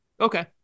okay